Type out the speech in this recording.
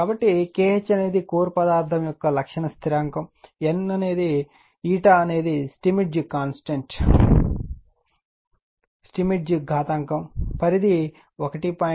కాబట్టి Kh అనేది core పదార్థం యొక్క లక్షణ స్థిరాంకం n స్టెయిన్మెట్జ్ ఘాతాంకం పరిధి 1